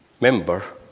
member